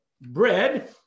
bread